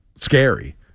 scary